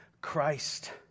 Christ